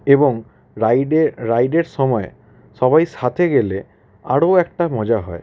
এবং রাইডের রাইডের সময় সবাই সাথে গেলে আরও একটা মজা হয়